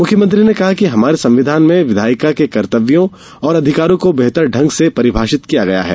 मुख्यमंत्री ने कहा कि हमारे संविधान ने विधायिका के कर्त्तव्यों और अधिकारों को बेहतर ढंग से परिभाषित किया है